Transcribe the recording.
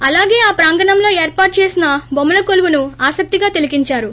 అలాగే ఆ ప్రాంగణంలో ఏర్పాటు చేసిన బొమ్మల కొలువును ఆసక్తిగా తిలకించారు